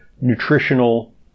nutritional